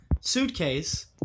suitcase